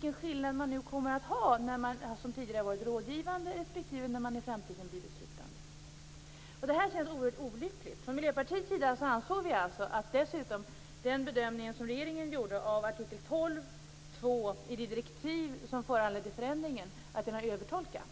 den skillnad det nu kommer att bli när man från att tidigare varit rådgivande i framtiden kommer att bli beslutande. Detta ser jag som oerhört olyckligt. Från Miljöpartiets sida ansåg vi att den bedömning som regeringen gjorde av artikel 12:2 i de direktiv som föranledde förändringen är en övertolkning.